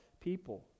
people